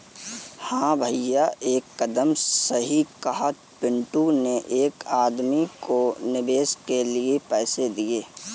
हां भैया एकदम सही कहा पिंटू ने एक आदमी को निवेश के लिए पैसे दिए